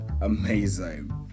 amazing